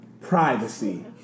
privacy